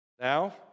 Now